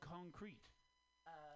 Concrete